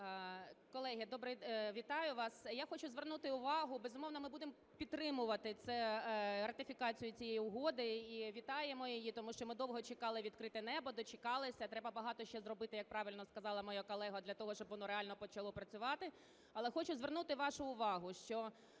Ю.Л. Колеги, вітаю вас! Я хочу звернути увагу, безумовно, ми будемо підтримувати ратифікацію цієї угоди і вітаємо її, тому що ми довго чекали "відкрите небо". Дочекались. Треба багато ще зробити, як правильно сказала моя колега, для того щоб воно реально почало працювати. Але хочу звернути вашу увагу, що